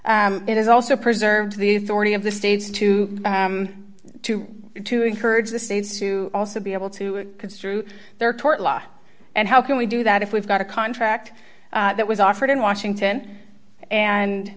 states it is also preserved the authority of the states to to to encourage the states to also be able to construe their tort law and how can we do that if we've got a contract that was offered in washington and